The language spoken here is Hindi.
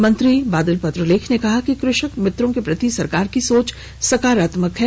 मंत्री बादल पत्रलेख ने कहा कि कृषक मित्रों के प्रति सरकार की सोच साकारात्मक है